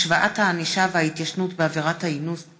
5 מזכירת הכנסת ירדנה